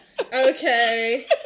Okay